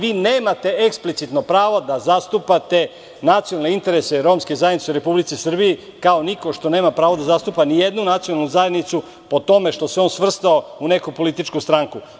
Vi nemate eksplicitno pravo da zastupate nacionalne interese romske zajednice u Republici Srbiji kao niko što nema pravo da zastupa ni jednu nacionalnu zajednicu po tome što se on svrstao u neku političku stranku.